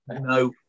No